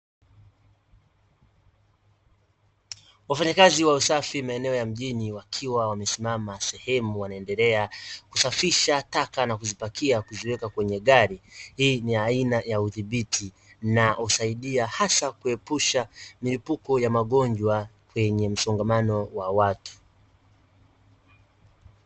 Wafanyakazi wa usafi maeneo ya mjini wakiwa wamesimama sehemu wanaendelea kusafisha taka na kuzipakia kuziweka kwenye gari, hii ni aina ya udhibiti na husaidia hasa kuepusha milipuko wa magonjwa kwenye msongamano wa watu.